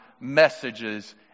messages